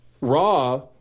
Raw